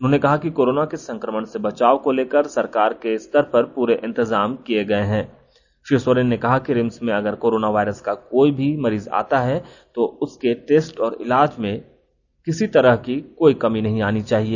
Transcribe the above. उन्होंने कहा कि कोरोना के संक्रमण से बचाव को लेकर सरकार के स्तर पर पूरे इंतजाम किए गए हैं श्री सोरेन ने कहा कि रिम्स में अगर कोरोना वायरस का कोई भी मरीज आता है तो उसके टेस्ट और इलाज में किसी तरह की कोई कमी नहीं आनी चाहिए